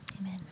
Amen